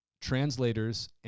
translators